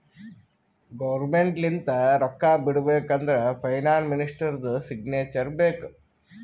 government ಲಿಂತ ರೊಕ್ಕಾ ಬಿಡ್ಬೇಕ ಅಂದುರ್ ಫೈನಾನ್ಸ್ ಮಿನಿಸ್ಟರ್ದು ಸಿಗ್ನೇಚರ್ ಬೇಕ್